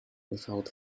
without